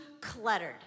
cluttered